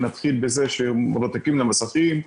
נתחיל בזה שהם מרותקים למסכים,